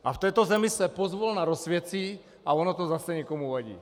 A v této zemi se pozvolna rozsvěcí, a ono to zase někomu vadí.